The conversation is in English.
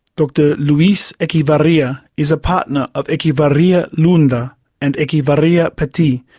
dr luis echevarria is a partner of echevarria leunda and echevarria petit.